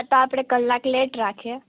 તો આપણે કલાક લેટ રાખીએ